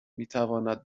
میتواند